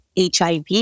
HIV